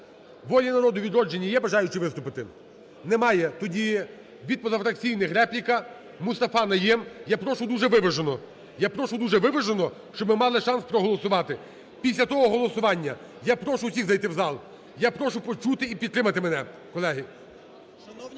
"Волі народу", "Відродження", є бажаючі виступити? Немає. Тоді від позафракційних репліка - Мустафа Найєм. Я прошу дуже виважено, я прошу дуже виважено, щоб ми мали шанс проголосувати. Після того голосування я прошу усіх зайти в зал, я прошу почути і підтримати мене, колеги.